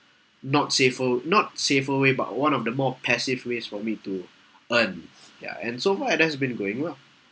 not safer not safer way but one of the more passive ways for me to earn ya and so far it has been going well